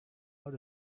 out